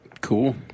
Cool